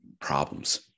problems